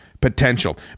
potential